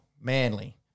Manly